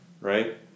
Right